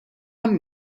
man